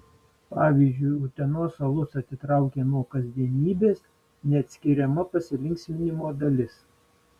pavyzdžiui utenos alus atitraukia nuo kasdienybės neatskiriama pasilinksminimo dalis